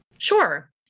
sure